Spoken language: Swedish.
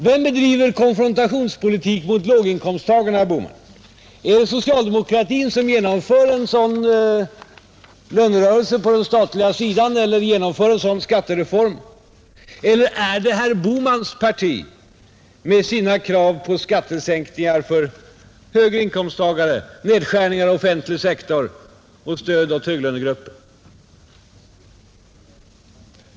Vem bedriver konfrontationspolitik mot låginkomsttagarna, herr Bohman? Gör socialdemokratin det, när vi genomför en sådan lönerörelse på den statliga sidan, en sådan skattereform som jag här har talat om, eller är det herr Bohmans eget parti som gör det med sina krav på skattesänkningar för högre inkomsttagare, nedskärning av den offentliga sektorn och stöd åt höglönegrupper?